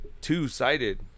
two-sided